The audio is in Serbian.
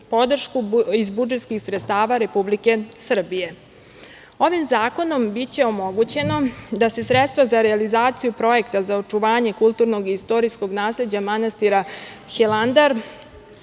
podršku iz budžetskih sredstava Republike Srbije. Ovim zakonom biće omogućeno da se sredstva za realizaciju projekta za očuvanje kulturnog i istorijskog nasleđa manastira Hilandar